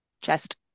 Chest